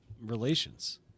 relations